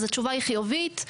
אז התשובה היא חיובית.